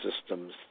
systems